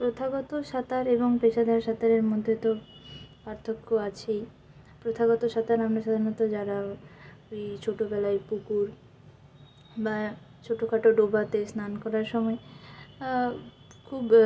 প্রথাগত সাঁতার এবং পেশাদার সাঁতারের মধ্যে তো পার্থক্য আছেই প্রথাগত সাঁতার আমরা সাধারণত যারা ওই ছোটোবেলায় পুকুর বা ছোটো খাটো ডোবাতে স্নান করার সময় খুব